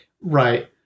Right